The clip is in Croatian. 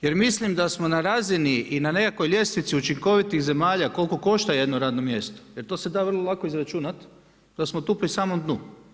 Jer mislim da smo na razini i na nekakvoj ljestvici učinkovitih zemalja koliko košta jedno radno mjesto, jer to se da vrlo lako izračunat da smo tu pri samom dnu.